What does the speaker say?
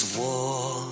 war